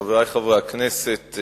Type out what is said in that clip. חברי חברי הכנסת,